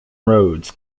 roads